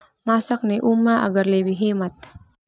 Masak nai uma agar lebih hemat.